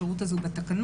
השירות הזה הוא בתקנון,